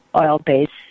oil-based